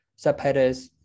subheaders